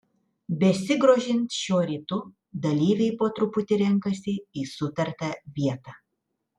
besigrožint šiuo rytu dalyviai po truputį renkasi į sutartą vietą